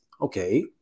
Okay